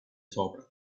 sopra